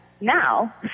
Now